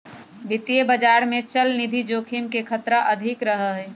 वित्तीय बाजार में चलनिधि जोखिम के खतरा अधिक रहा हई